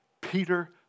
Peter